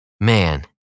man